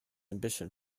ambition